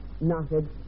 knotted